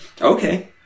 Okay